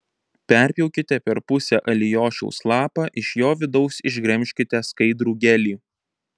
perpjaukite per pusę alijošiaus lapą iš jo vidaus išgremžkite skaidrų gelį